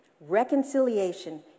Reconciliation